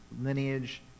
lineage